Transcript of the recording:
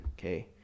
okay